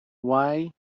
why